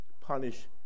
punish